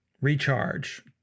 recharge